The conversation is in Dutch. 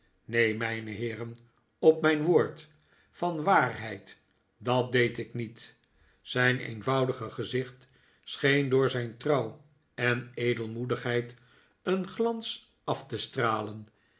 neen mijne heeren op mijn woord van waarheid dat deed ik niet zijn eenvoudige gezicht scheen door zijn trouw en edelmoedigheid een glans af te stralen